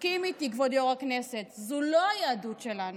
תסכים איתי, כבוד יו"ר הכנסת, זו לא היהדות שלנו.